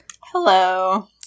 Hello